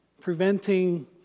preventing